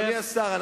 אדוני השר,